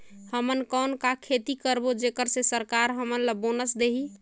हमन कौन का खेती करबो जेकर से सरकार हमन ला बोनस देही?